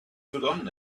forgotten